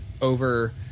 over